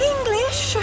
English